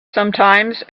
sometimes